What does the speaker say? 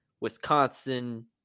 Wisconsin